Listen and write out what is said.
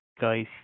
guy's